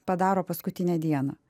padaro paskutinę dieną